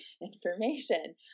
information